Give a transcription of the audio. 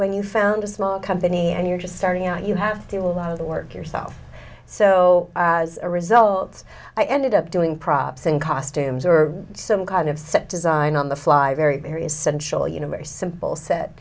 when you found a small company and you're just starting out you have to do a lot of the work yourself so as a result i ended up doing props and costumes or some kind of set design on the fly very very essential universe simple set